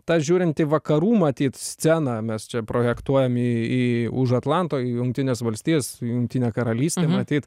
tą žiūrint į vakarų matyt sceną mes čia projektuojam į į už atlanto į jungtines valstijas jungtinę karalystę matyt